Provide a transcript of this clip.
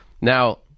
Now